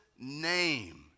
name